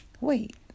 wait